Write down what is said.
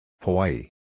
Hawaii